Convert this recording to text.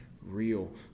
real